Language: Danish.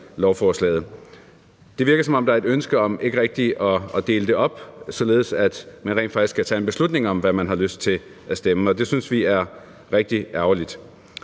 lovforslaget. Det virker, som om der ikke rigtig er et ønske om at dele det op, således at man rent faktisk kan tage en beslutning om, hvad man har lyst til at stemme. Det synes vi er rigtig ærgerligt.